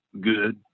good